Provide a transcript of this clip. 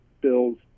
bills